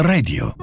Radio